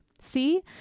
see